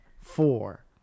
four